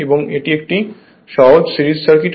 এবং এটি একটি সহজ সিরিজ সার্কিট